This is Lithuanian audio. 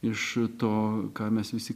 iš to ką mes visi